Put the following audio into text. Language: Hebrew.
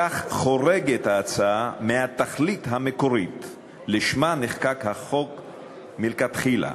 בכך חורגת ההצעה מהתכלית המקורית שלשמה נחקק החוק מלכתחילה,